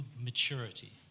maturity